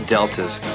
Deltas